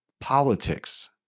politics